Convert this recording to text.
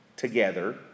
together